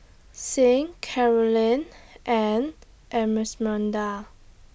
Sing Carolyne and Esmeralda